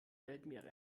weltmeere